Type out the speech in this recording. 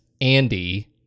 Andy